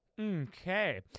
Okay